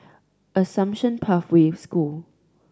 Assumption Pathway School